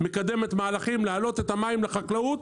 רשות המים מקדמת מהלכים להעלות את המים לחקלאות